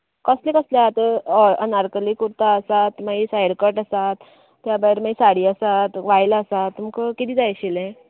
कसलें कसलें आहात हय अनारकली कुर्ता आसा मागीर सायड कट आसात त्या भायर मागीर साडी आसात वायलां आसात तुमका कितें जाय आशिल्लें